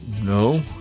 no